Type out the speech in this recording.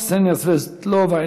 קסניה סבטלובה,